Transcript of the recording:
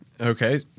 Okay